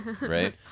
Right